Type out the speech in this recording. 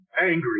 angry